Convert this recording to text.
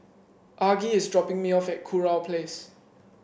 Argie is dropping me off at Kurau Place